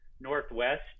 northwest